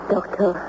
Doctor